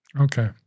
Okay